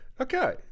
Okay